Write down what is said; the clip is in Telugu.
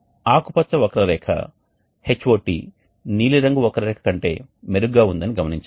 ఆకుపచ్చ వక్రరేఖ HOT నీలిరంగు వక్రరేఖ కంటే మెరుగ్గా ఉందని గమనించండి